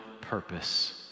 purpose